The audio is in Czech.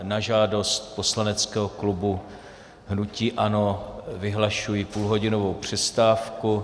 Na žádost poslaneckého klubu hnutí ANO vyhlašuji půlhodinovou přestávku.